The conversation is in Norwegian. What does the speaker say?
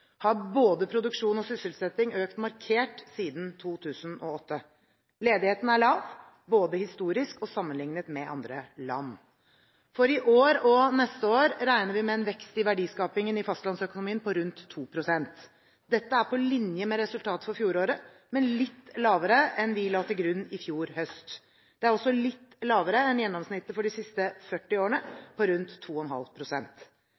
har både produksjon og sysselsetting økt markert siden 2008. Ledigheten er lav både historisk og sammenlignet med andre land. For i år og neste år regner vi med en vekst i verdiskapingen i fastlandsøkonomien på rundt 2 pst. Dette er på linje med resultatet for fjoråret, men litt lavere enn vi la til grunn i fjor høst. Det er også litt lavere enn gjennomsnittet for de siste 40 årene,